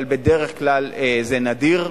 אבל בדרך כלל זה נדיר,